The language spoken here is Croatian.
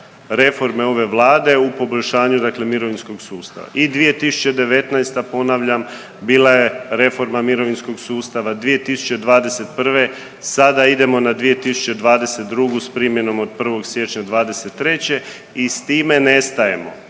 reforme ove Vlade u poboljšanju dakle mirovinskog sustava. I 2019., ponavljam, bila je reforma mirovinskog sustava, 2021., sada idemo na 2022. s primjenom od 1. siječnja 2023. i s time ne stajemo.